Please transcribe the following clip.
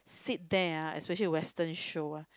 sit there ah especially western show ah